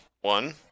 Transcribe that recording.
one